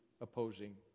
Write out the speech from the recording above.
opposing